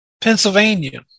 Pennsylvania